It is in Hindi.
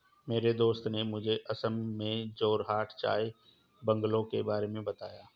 मेरे दोस्त ने मुझे असम में जोरहाट चाय बंगलों के बारे में बताया